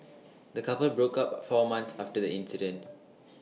the couple broke up four months after the incident